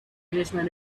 englishman